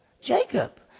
Jacob